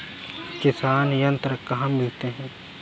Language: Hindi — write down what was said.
किसान यंत्र कहाँ मिलते हैं?